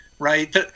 Right